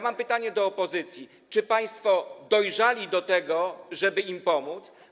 Mam pytanie do opozycji: Czy państwo dojrzeli do tego, żeby im pomóc?